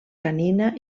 canina